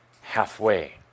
halfway